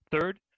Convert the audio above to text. Third